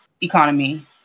economy